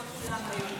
לא כולם היו.